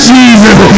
Jesus